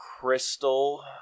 Crystal